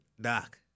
Doc